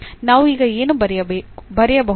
ನಾವು ಈಗ ಏನು ಬರೆಯಬಹುದು